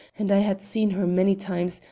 and i had seen her many times,